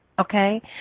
okay